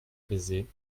baiser